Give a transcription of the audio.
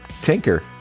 Tinker